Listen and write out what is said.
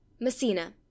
Messina